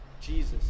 Jesus